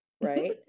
Right